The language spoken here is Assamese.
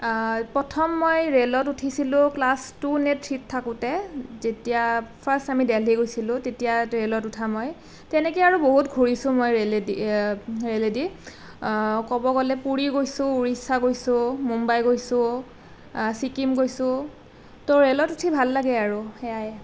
প্ৰথম মই ৰেলত উঠিছিলোঁ ক্লাছ টু নে থ্ৰীত থাকোঁতে যেতিয়া ফাৰ্ষ্ট আমি দেল্লী গৈছিলোঁ তেতিয়া ৰেলত উঠা মই তেনেকে আৰু বহুত ঘূৰিছোঁ মই ৰেলেদি ৰেলেদি ক'ব গ'লে পুৰী গৈছোঁ উৰিষ্যা গৈছোঁ মুম্বাই গৈছোঁ ছিকিম গৈছোঁ তো ৰেলত উঠি ভাল লাগে আৰু সেয়াই